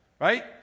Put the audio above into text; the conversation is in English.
right